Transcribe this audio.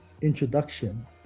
introduction